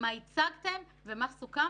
אבל זה מודיעין ומידע,